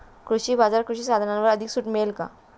कृषी बाजारात कृषी साधनांवर अधिक सूट मिळेल का?